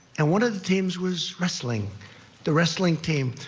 and one of the the teams was wrestling. the wrestling team.